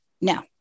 Now